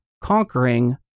conquering